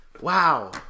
Wow